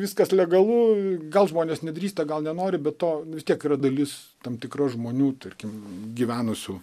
viskas legalu gal žmonės nedrįsta gal nenori be to vis tiek yra dalis tam tikro žmonių tarkim gyvenusių